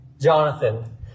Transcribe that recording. Jonathan